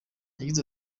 yagize